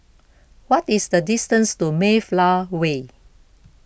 what is the distance to Mayflower Way